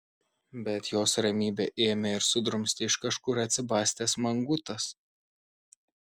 bet jos ramybę ėmė ir sudrumstė iš kažkur atsibastęs mangutas